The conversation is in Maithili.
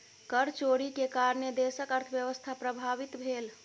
कर चोरी के कारणेँ देशक अर्थव्यवस्था प्रभावित भेल